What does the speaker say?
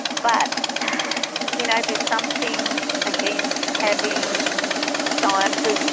but you know, there's something against having scientists